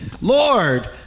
Lord